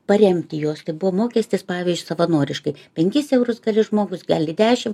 paremti juos tai buvo mokestis pavyzdžiui savanoriškai penkis eurus gali žmogus gali dešimt